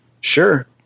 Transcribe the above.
Sure